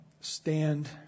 stand